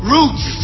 Roots